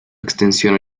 extensión